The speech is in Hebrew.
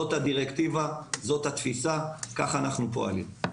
זאת הדירקטיבה, זאת התפיסה, ככה אנחנו פועלים.